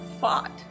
fought